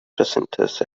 presenters